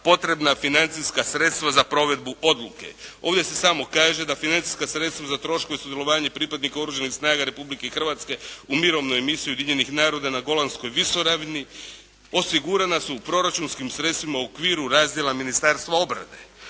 potrebna financijska sredstva za provedbu odluke. Ovdje se samo kaže da financijska sredstva za troškove i sudjelovanje pripadnika Oružanih snaga Republike Hrvatske u mirovnoj misiji Ujedinjenih naroda na Golanskoj visoravni, osigurana su u proračunskim sredstvima u okviru razdjela Ministarstva obrane.